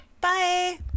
bye